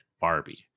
Barbie